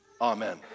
Amen